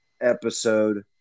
episode